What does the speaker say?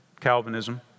Calvinism